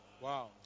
Wow